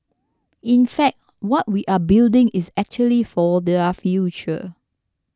in fact what we are building is actually for their future